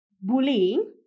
bullying